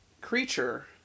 creature